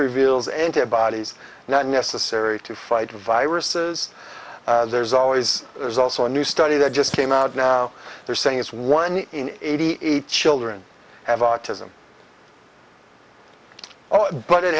reveals antibodies not necessary to fight viruses there's always there's also a new study that just came out now they're saying it's one in eighty eight children have autism oh but it